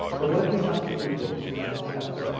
but what if we substitute those with something else?